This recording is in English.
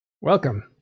Welcome